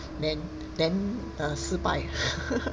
then then err 失败